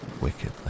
wickedly